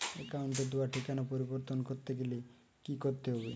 অ্যাকাউন্টে দেওয়া ঠিকানা পরিবর্তন করতে গেলে কি করতে হবে?